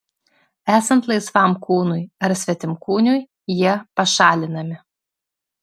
esant laisvam kūnui ar svetimkūniui jie pašalinami